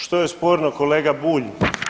Što je sporno kolega Bulj?